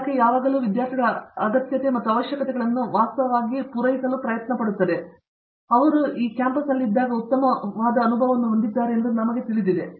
ಇಲಾಖೆಯು ಯಾವಾಗಲೂ ವಿದ್ಯಾರ್ಥಿಗಳ ಅಗತ್ಯತೆ ಮತ್ತು ಅವಶ್ಯಕತೆಗಳನ್ನು ವಾಸ್ತವವಾಗಿ ಹೊಂದಿಕೊಂಡಿರುತ್ತದೆ ಮತ್ತು ಅವರು ಇಲ್ಲಿದ್ದಾಗ ಅವರು ಉತ್ತಮ ಅನುಭವವನ್ನು ಹೊಂದಿದ್ದಾರೆಂದು ನಿಮಗೆ ತಿಳಿದಿದೆ